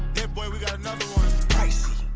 hit-boy, we got another one pricey